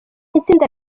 itsinda